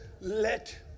let